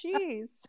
Jeez